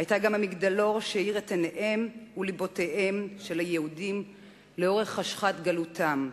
היתה גם המגדלור שהאיר את עיניהם ולבותיהם של היהודים לאורך חשכת גלותם.